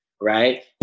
right